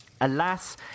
Alas